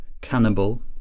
cannibal